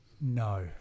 No